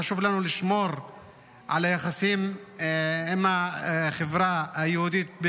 חשוב לנו לשמור על היחסים עם החברה היהודית,